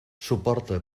suporta